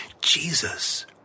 Jesus